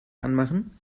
anmachen